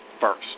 first